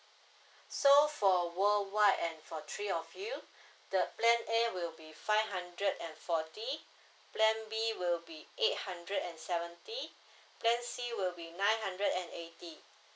so for worldwide and for three of you the plan A will be five hundred and forty plan B will be eight hundred and seventy plan C will be nine hundred and eighty